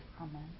Amen